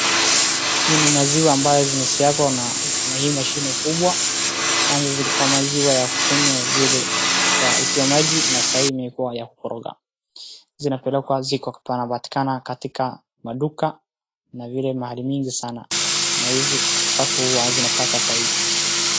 Hii ni maziwa ambayo zimesagwa na hii mashini kubwa, kwanza zilikuwa maziwa ya kukunywa ikiwa maji na sahii imekuwa ya kukoroga. Zinapelekwa ziko panapatikana katika maduka na vile mahali mingi sana, na hizi watu huwa wanapata faida,